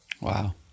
Wow